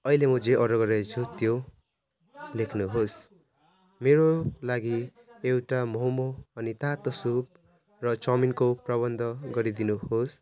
अहिले म जे अर्डर गरिरहेछु त्यो लेख्नुहोस् मेरो लागि एउटा मोमो अनि अनि तातो सुप र चाउमिनको प्रबन्ध गरिदिनु होस्